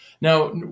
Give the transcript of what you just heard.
Now